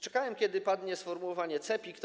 Czekałem, kiedy padnie sformułowanie „CEPiK”